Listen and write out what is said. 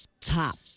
top